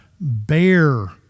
bear